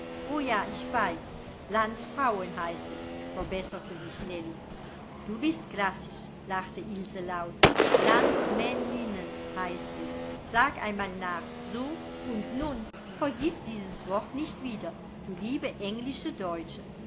o ja ich weiß landsfrauen heißt es verbesserte sich nellie du bist klassisch lachte ilse laut landsmänninnen heißt es sag einmal nach so und nun vergiß dieses wort nicht wieder du liebe englische deutsche